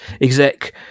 exec